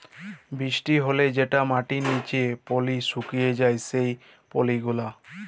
বৃষ্টি হ্যলে যেটা মাটির লিচে পালি সুকে যায় সেই পালি গুলা